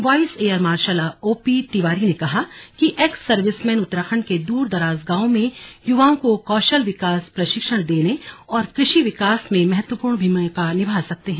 voice air marshal OP Tiwari ने कहा कि एक्स सर्विसमैन उत्तराखंड के दूरदराज गावों में युवाओं को कौशल विकास प्रशिक्षण देने और कृषि विकास में महत्वपूर्ण भूमिका निभा सकते हैं